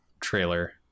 trailer